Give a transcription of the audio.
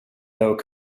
though